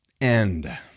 end